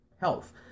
health